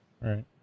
Right